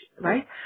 right